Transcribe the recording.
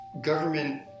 government